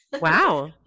Wow